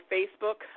Facebook